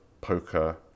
poker